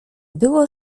było